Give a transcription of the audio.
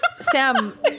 sam